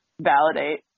validate